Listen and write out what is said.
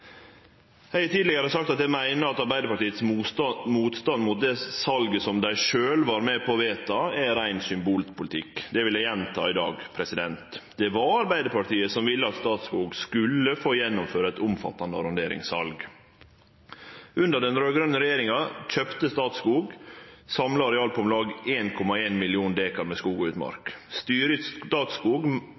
Eg har tidlegare sagt at eg meiner Arbeidarpartiets motstand mot det salet som dei sjølve var med på å vedta, er rein symbolpolitikk. Det vil eg gjenta i dag. Det var Arbeidarpartiet som ville at Statskog skulle få gjennomføre eit omfattande arronderingssal. Under den raud-grøne regjeringa kjøpte Statskog eit samla areal på om lag 1,1 millionar dekar med skog og utmark.